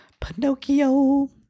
pinocchio